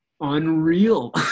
unreal